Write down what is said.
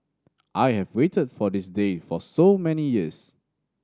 I have waited for this day for so many years